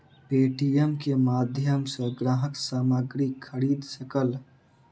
Paytm के माध्यम सॅ ग्राहक सामग्री खरीद सकल